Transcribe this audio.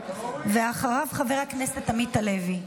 אחריו, חבר הכנסת עמית הלוי.